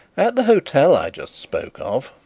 at the hotel i just spoke of,